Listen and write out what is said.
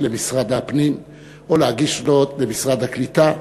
למשרד הפנים או להגיש זאת למשרד הקליטה,